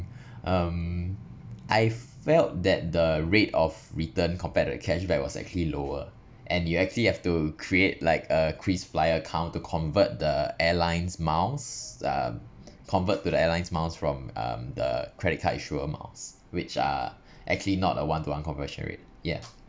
um I've felt that the rate of return compared to the cashback was actually lower and you actually have to create like a krisflyer account to convert the airline's miles uh convert to the airline's miles from um the credit card issue amounts which are actually not a one to one conversion rates yeah